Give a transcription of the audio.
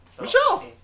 Michelle